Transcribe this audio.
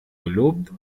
gelobt